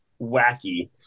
wacky